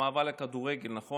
מאבד מנדטים כל יום.